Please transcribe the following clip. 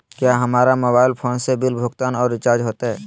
क्या हमारा mobile phone से बिल भुगतान और रिचार्ज होते?